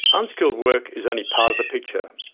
unskilled work is only part of the picture.